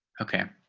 okay.